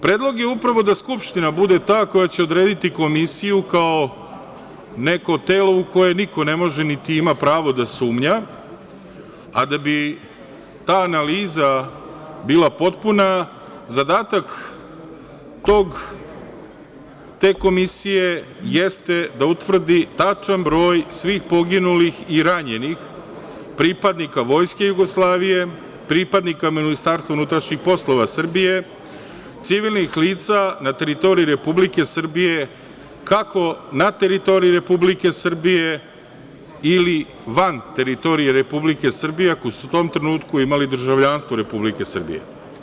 Predlog je upravo da Skupština bude ta koja će odrediti komisiju kao neko telo u koje niko ne može niti ima pravo da sumnja, a da bi ta analiza bila potpuna, zadatak te komisije jeste da utvrdi tačan broj svih poginulih i ranjenih pripadnika Vojske Jugoslavije, pripadnika Ministarstva unutrašnjih poslova Srbije, civilnih lica na teritoriji Republike Srbije, kako na teritoriji Republike Srbije ili van teritorije Republike Srbije, ako su u tom trenutku imali državljanstvo Republike Srbije.